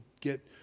get